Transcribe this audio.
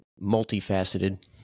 multifaceted